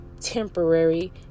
temporary